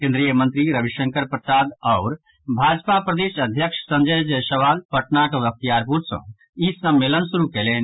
केन्द्रीय मंत्री रविशंकर प्रसाद आओर भाजपाक प्रदेश अध्यक्ष संजय जायसवाल पटनाक बख्तियारपुर सँ ई सम्मेलन शुरू कयलनि